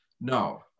No